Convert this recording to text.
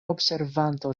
observanto